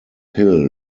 hill